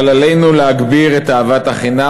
עלינו להגביר את אהבת החינם,